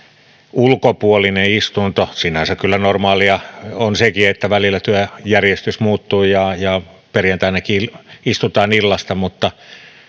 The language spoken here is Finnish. ulkopuolinen istunto sinänsä kyllä on normaalia sekin että välillä työjärjestys muuttuu ja ja perjantainakin istutaan illasta mutta